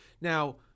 Now